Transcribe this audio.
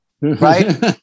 Right